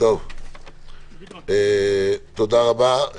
תודה רבה.